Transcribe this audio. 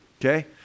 okay